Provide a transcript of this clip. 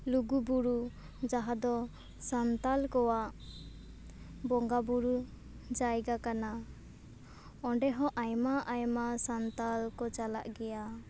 ᱞᱩᱜᱩᱵᱩᱨᱩ ᱡᱟᱦᱟᱸ ᱫᱚ ᱥᱟᱱᱛᱟᱞ ᱠᱚᱣᱟᱜ ᱵᱚᱸᱜᱟᱵᱩᱨᱩ ᱡᱟᱭᱜᱟ ᱠᱟᱱᱟ ᱚᱸᱰᱮ ᱦᱚᱸ ᱟᱭᱢᱟ ᱟᱭᱢᱟ ᱥᱟᱱᱛᱟᱞ ᱠᱚ ᱪᱟᱞᱟᱜ ᱜᱮᱭᱟ